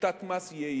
שיטת מס יעילה,